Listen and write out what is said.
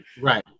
Right